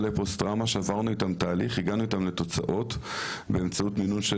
שעברנו איתם תהליך והגענו איתם לתוצאות באמצעות מינונים.